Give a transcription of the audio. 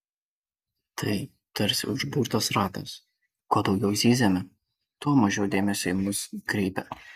tai tarsi užburtas ratas kuo daugiau zyziame tuo mažiau dėmesio į mus kreipiama